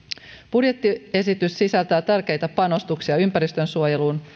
budjettiesitys sisältää tärkeitä panostuksia ympäristönsuojeluun